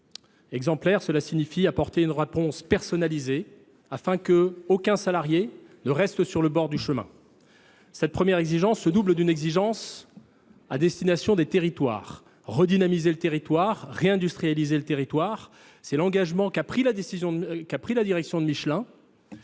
exemplaire, cela signifie apporter une réponse personnalisée, afin qu’aucun salarié ne reste sur le bord du chemin. Cette première exigence se double d’une exigence à destination des territoires. Redynamiser et réindustrialiser le territoire, c’est l’engagement qu’a pris la direction de Michelin.